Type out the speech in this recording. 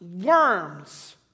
worms